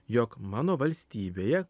jog mano valstybėje